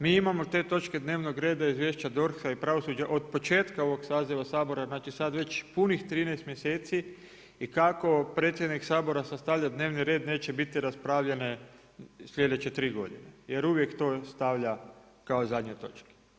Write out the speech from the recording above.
Mi imamo te točke dnevnog reda izvješća DRH-a i pravosuđa od početka ovog saziva Sabora, znači sad već punih 13 mjeseci i kako predsjednik Sabora sastavlja dnevni red, neće biti raspravljene slijedeće 3 godine jer uvijek to stavlja kao zadnju točku.